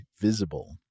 Visible